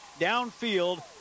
downfield